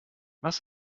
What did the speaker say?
was